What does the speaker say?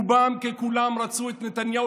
רובם ככולם רצו את נתניהו,